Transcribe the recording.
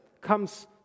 comes